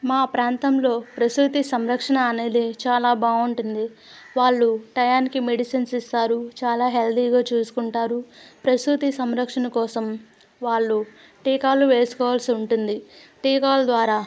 మా ప్రాంతంలో ప్రసూతి సంరక్షణ అనేది చాలా బాగుంటుంది వాళ్ళు టైంకి మెడిసిన్స్ ఇస్తారు చాలా హెల్తీగా చూసుకుంటారు ప్రసూతి సంరక్షణ కోసం వాళ్ళు టీకాలు వేసుకోవాల్సి ఉంటుంది టీకాాల ద్వారా